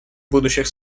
будущих